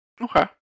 Okay